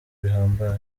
bihambaye